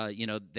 ah you know,